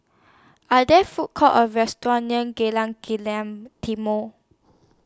Are There Food Courts Or restaurants near Jalan Kilang Timor